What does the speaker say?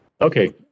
Okay